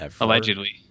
Allegedly